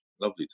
lovely